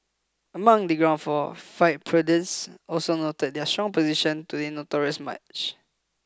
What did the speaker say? among the ground for fight pundits also noted their strong opposition to the notorious match